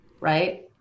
Right